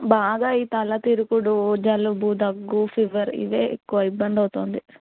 బాగా ఈ తల తిరుగుడు జలుబు దగ్గు ఫీవర్ ఇవి ఎక్కువ ఇబ్బంది అవుతోంది